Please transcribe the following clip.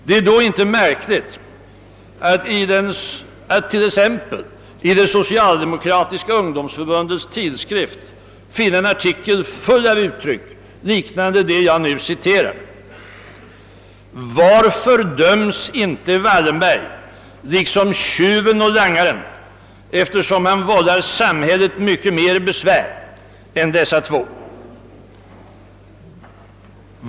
Det är då inte märkligt att t.ex. i det socialdemokratiska ungdomsförbundets tidskrift finna en artikel, full av uttryck liknande dem jag nu citerar: » Varför döms inte Wallenberg liksom tjuven och langaren, eftersom han vållar samhället mycket mer besvär än dessa två?